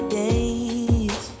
days